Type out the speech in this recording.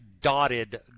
dotted